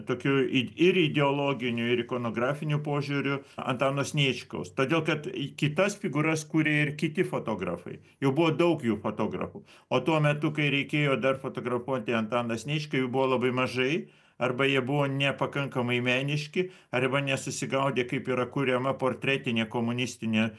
tokiu i ir ideologiniu ir ikonografiniu požiūriu antano sniečkaus todėl kad kitas figūras kūrė ir kiti fotografai jau buvo daug jų fotografų o tuo metu kai reikėjo dar fotografuoti antaną sniečkų jų buvo labai mažai arba jie buvo nepakankamai meniški arba nesusigaudė kaip yra kuriama portretinė komunistinė